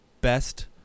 best